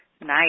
Nice